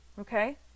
okay